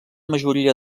majoria